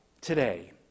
today